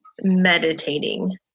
meditating